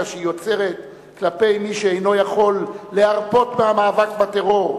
שהיא יוצרת כלפי מי שאינו יכול להרפות מהמאבק בטרור,